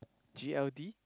G_L_D